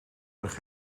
erg